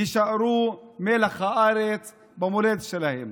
יישארו מלח הארץ במולדת שלהם.